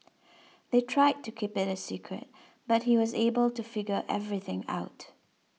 they tried to keep it a secret but he was able to figure everything out